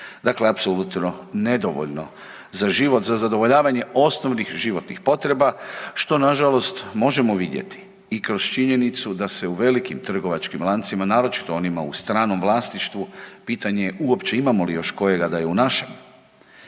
dakle apsolutno nedovoljno za život, za zadovoljavanje osnovnih životnih potreba, što nažalost možemo vidjeti i kroz činjenicu da se u velikim trgovačkim lancima, naročito onima u stranom vlasništvu, pitanje je uopće li imamo još kojega da je u našem,